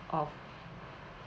of